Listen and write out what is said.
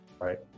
Right